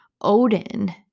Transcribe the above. Odin